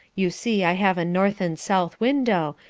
you see i have a north and south window,